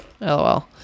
LOL